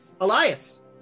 Elias